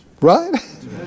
Right